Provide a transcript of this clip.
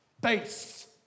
base